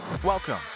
Welcome